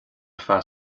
feadh